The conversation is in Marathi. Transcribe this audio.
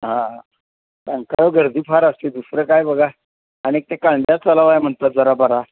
हां हां रंकाळ्यावर गर्दी फार असते दुसरं काय बघा आणि ते काळंबा तलाव आय म्हटलं जरा बरा